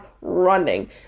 running